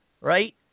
Right